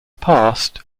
past